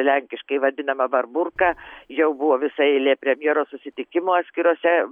lenkiškai vadinamą barburka jau buvo visa eilė premjero susitikimų atskirose